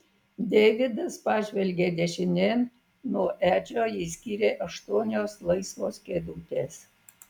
deividas pažvelgė dešinėn nuo edžio jį skyrė aštuonios laisvos kėdutės